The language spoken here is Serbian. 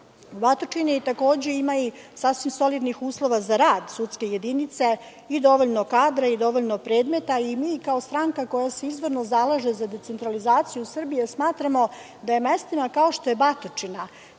sredinama. Takođe ima i sasvim solidnih uslova za rad sudske jedinice i dovoljno kadra i predmeta. Mi kao stranka koja se izvorno zalaže za decentralizaciju Srbije, smatramo da je mestima kao što je Batočina